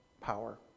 power